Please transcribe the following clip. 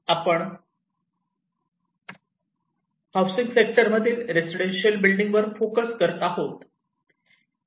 आपण housing sector मधील residential building वर फोकस करत आहोत